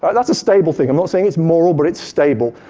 um that's a stable thing. i'm not saying it's moral, but it's stable.